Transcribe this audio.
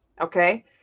okay